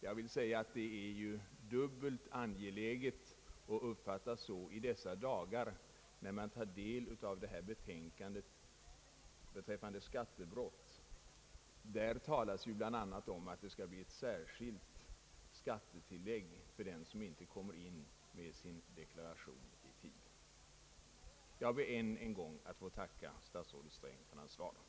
Det framstår som dubbelt angeläget i dessa dagar, när man tar del av betänkandet beträffande skattebrott, i vilket föreslås att det skall bli särskilt skattetillägg för dem som inte kommer in med sin deklaration i tid. Jag ber än en gång att få tacka statsrådet Sträng för svaret.